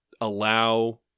allow